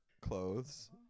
clothes